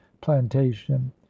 plantation